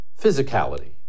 physicality